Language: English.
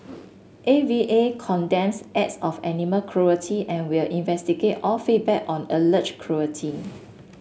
A V A condemns acts of animal cruelty and will investigate all feedback on alleged cruelty